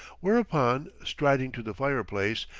whereupon, striding to the fireplace,